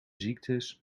ziektes